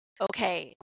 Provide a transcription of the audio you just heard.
okay